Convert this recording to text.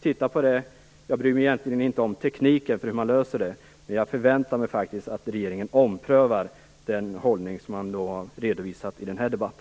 Titta på det! Jag bryr mig egentligen inte om tekniken för hur man löser det. Men jag förväntar mig faktiskt att regeringen omprövar den hållning som man har redovisat i denna debatt.